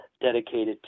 dedicated